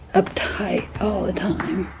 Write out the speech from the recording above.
uptight all the time.